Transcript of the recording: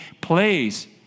plays